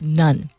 none